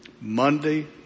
Monday